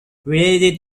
related